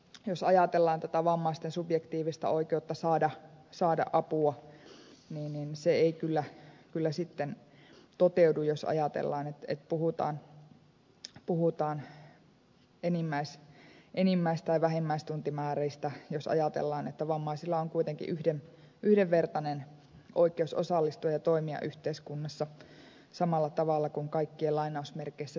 jos ajatellaan tätä vammaisten subjektiivista oikeutta saada apua niin se ei kyllä sitten toteudu jos puhutaan enimmäis tai vähimmäistuntimääristä kun vammaisilla on kuitenkin yhdenvertainen oikeus osallistua ja toimia yhteiskunnassa samalla tavalla kuin kaikkien terveiden